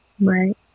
right